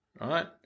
right